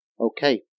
Okay